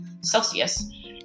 Celsius